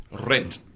rent